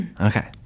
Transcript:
Okay